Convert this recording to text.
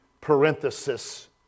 parenthesis